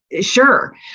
Sure